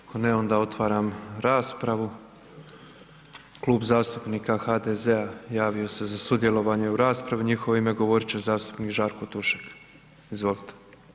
Ako ne, onda otvaram raspravu, Klub zastupnika HDZ-a javio se za sudjelovanje u raspravi, u njihovo ime govorit će zastupnik Žarko Tušek, izvolite.